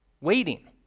waiting